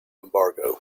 embargo